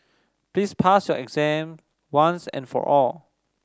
please pass your exam once and for all